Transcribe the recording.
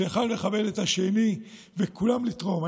כשאחד מכבד את השני וכולם תורמים.